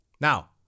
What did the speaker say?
Now